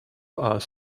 are